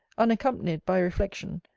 unaccompanied by reflection,